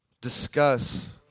discuss